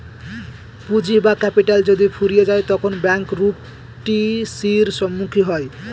পুঁজি বা ক্যাপিটাল যদি ফুরিয়ে যায় তখন ব্যাঙ্ক রূপ টি.সির সম্মুখীন হয়